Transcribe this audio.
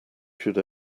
should